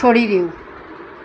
છોડી દેવું